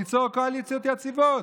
ליצור קואליציות יציבות.